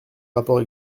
rapports